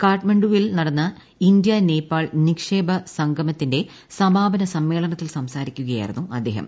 കാഠ്മണ്ഡുവിൽ നടന്ന ഇന്ത്യ നേപ്പാൾ നിക്ഷേപ സംഗമത്തിന്റെ സമാപന സമ്മേളനത്തിൽ സംസാരിക്കുകയായിരുന്നു അദ്ദേഹം